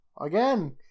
Again